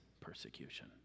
persecution